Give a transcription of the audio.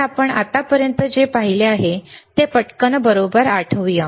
तर आपण आतापर्यंत जे पाहिले आहे ते पटकन बरोबर आठवूया